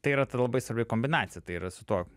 tai yra ta labai svarbi kombinacija tai yra su tuo